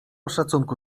szacunku